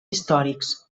històrics